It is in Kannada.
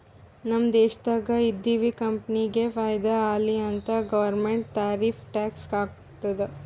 ನಮ್ ದೇಶ್ದಾಗ್ ಇದ್ದಿವ್ ಕಂಪನಿಗ ಫೈದಾ ಆಲಿ ಅಂತ್ ಗೌರ್ಮೆಂಟ್ ಟಾರಿಫ್ ಟ್ಯಾಕ್ಸ್ ಹಾಕ್ತುದ್